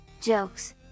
jokes